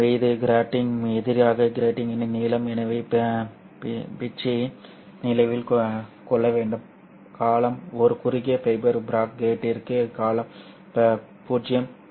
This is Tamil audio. எனவே இது கிராட்டிங்கிற்கு எதிராக கிராட்டிங்கின் நீளம் எனவே பிட்சை நினைவில் கொள்ள வேண்டும் காலம் ஒரு குறுகிய ஃபைபர் ப்ராக் கிராட்டிங்கிற்கு காலம் 0